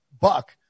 Buck